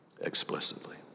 explicitly